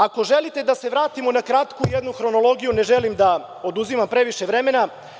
Ako želite da se vratimo na kratku jednu hronologiju, ne želim da oduzimam previše vremena.